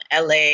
LA